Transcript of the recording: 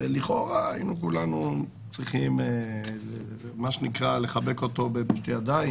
שלכאורה כולנו היינו צריכים לחבק אותו בשתי ידיים,